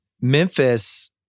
Memphis